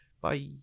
Bye